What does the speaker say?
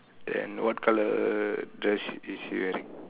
then what colour dress she is she wearing